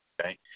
okay